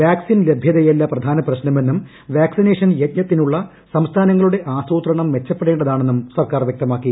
vaccine ലഭൃതയല്ല പ്രധാന പ്രശ്നമെന്നും വാക്സിനേഷൻ യജ്ഞനത്തിനുളള സംസ്ഥാനങ്ങളുടെ ആസൂത്രണം മെച്ചപ്പെടേണ്ടതാണെന്നും സർക്കാർ വ്യക്തമാക്കി